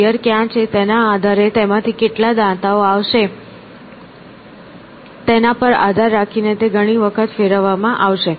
gear ક્યાં છે તેના આધારે તેમાંથી કેટલા દાંતાઓ આવશે તેના પર આધાર રાખીને તે ઘણી વખત ફેરવવામાં આવશે